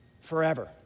forever